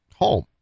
home